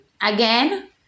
again